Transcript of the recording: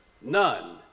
None